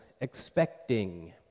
expecting